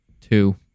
two